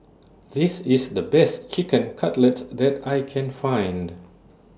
This IS The Best Chicken Cutlet that I Can Find